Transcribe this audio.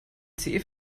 ice